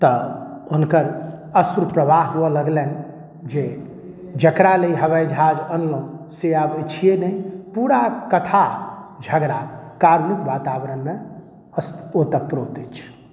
तऽ हुनकर अश्रुप्रवाह हुए लगलनि जे जेकरा ले ई हवाई जहाज अनलहुॅं से आब अछियै नहि पूरा कथा झगड़ा कारूणिक वातावरण मे ओतप्रोत अइछ